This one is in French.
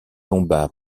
tomba